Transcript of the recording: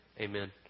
Amen